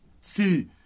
see